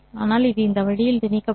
ஆனால் இது இந்த வழியில் திணிக்கப்படும்